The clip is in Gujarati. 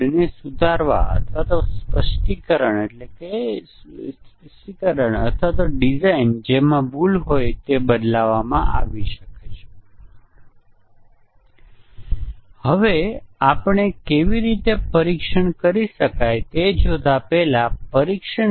તમામ ટેસ્ટીંગ ના કેસો પસાર થશે અને આપણે કહીશું કે મ્યુટન્ટ જીવંત છે અને આપણે આ મ્યુટન્ટ ને મારી નાખવાનો પ્રયાસ કરતા મોટી સંખ્યામાં ટેસ્ટ કેસ લખીને કોઈ સફળતા મળ્યા વિના પ્રયાસ કરી શકીએ છીએ પરંતુ વાસ્તવમાં તે કોઈ ભૂલ નથી